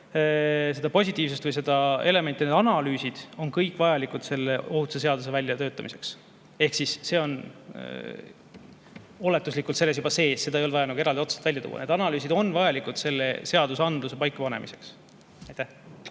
seda positiivsust või seda, elementide analüüsid on kõik vajalikud selle ohutuse seaduse väljatöötamiseks, ehk siis see on oletuslikult selles juba sees, seda ei olnud vaja eraldi otseselt välja tuua. Need analüüsid on vajalikud seadusandluse paikapanemiseks.